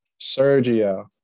Sergio